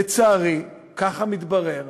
לצערי, ככה מתברר,